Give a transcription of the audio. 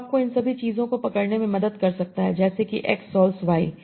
जो आपको इन सभी चीज़ों को पकड़ने में मदद कर सकता है जैसे कि X सोल्व्स Y